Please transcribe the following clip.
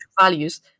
values